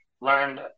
Learned